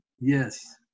Yes